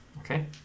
Okay